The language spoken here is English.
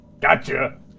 Gotcha